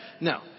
No